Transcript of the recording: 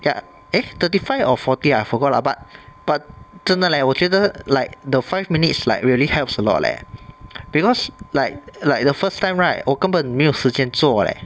ya eh thirty five or forty I forgot lah but but 真的 leh 我觉得 like the five minutes like really helps a lot leh because like like the first time right 我根本没有时间做 leh